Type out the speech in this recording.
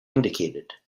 indicated